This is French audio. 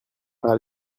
par